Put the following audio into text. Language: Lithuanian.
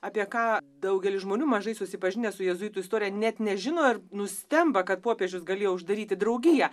apie ką daugelis žmonių mažai susipažinę su jėzuitų istorija net nežino ir nustemba kad popiežius galėjo uždaryti draugiją